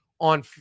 on